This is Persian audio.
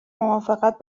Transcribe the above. موافقت